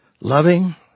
Loving